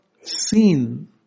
seen